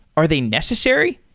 are they necessary?